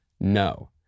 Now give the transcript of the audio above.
No